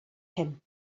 him